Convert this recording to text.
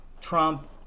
Trump